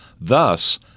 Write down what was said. thus